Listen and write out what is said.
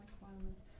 requirements